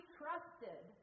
trusted